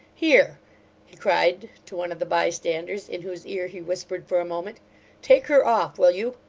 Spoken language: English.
here he cried to one of the bystanders, in whose ear he whispered for a moment take her off, will you.